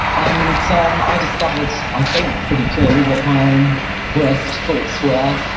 um so um i discovered, i think pretty clearly, what my own worst faults were,